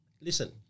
listen